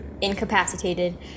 incapacitated